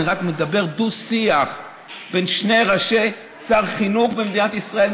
אני רק מדבר על דו-שיח בין שר חינוך במדינת ישראל,